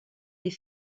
des